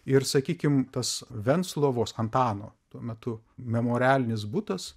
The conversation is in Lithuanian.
ir sakykim tas venclovos antano tuo metu memorialinis butas